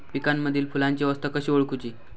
पिकांमदिल फुलांची अवस्था कशी ओळखुची?